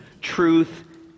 truth